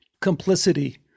Complicity